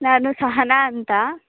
ನಾನು ಸಹನಾ ಅಂತ